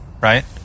right